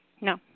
No